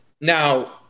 Now